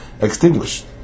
extinguished